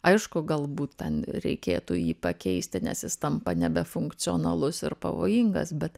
aišku galbūt ten reikėtų jį pakeisti nes jis tampa nebe funkcionalus ir pavojingas bet